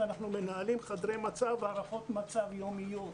אנחנו מנהלים חדרי מצב והערכות מצב יומיות.